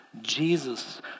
Jesus